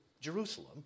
Jerusalem